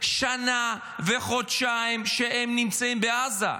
שנה וחודשיים שהם נמצאים בעזה.